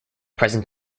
present